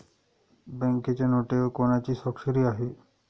बँकेच्या नोटेवर कोणाची स्वाक्षरी आहे?